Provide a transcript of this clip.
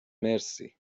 مرسی